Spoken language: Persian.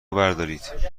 بردارید